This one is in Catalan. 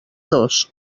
dos